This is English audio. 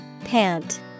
Pant